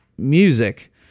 music